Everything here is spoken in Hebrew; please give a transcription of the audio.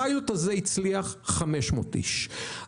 הפיילוט הזה הצליח ב-500 איש.